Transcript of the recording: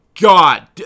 God